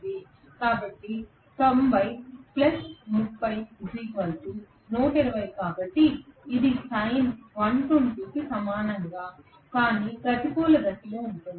కాబట్టి 90 30 120 కాబట్టి ఇది sin120 కు సమానం కాని ప్రతికూల దిశలో ఉంటుంది